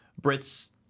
Brit's